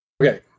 Okay